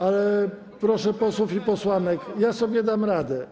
Ale, proszę posłów i posłanek, ja sobie dam radę.